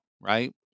right